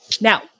Now